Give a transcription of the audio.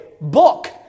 book